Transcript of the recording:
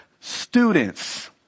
students